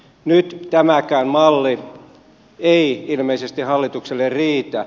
nyt tämäkään malli ei ilmeisesti hallitukselle riitä